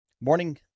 morning